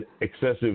excessive